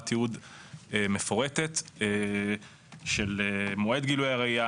תיעוד מפורטת של מועד גילוי הראייה,